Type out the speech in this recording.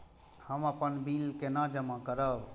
हम अपन बिल केना जमा करब?